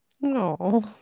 No